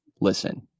Listen